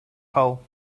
hull